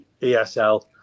ESL